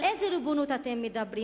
על איזו ריבונות אתם מדברים,